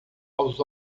aos